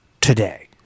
today